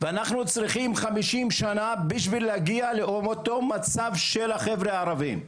ואנחנו צריכים חמישים שנה בשביל להגיע לאותו מצב של החבר'ה הערבים,